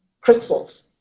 crystals